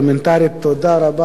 תודה רבה, חברים.